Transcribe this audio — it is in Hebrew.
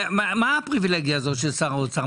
מה הפריבילגיה הזאת של שר האוצר?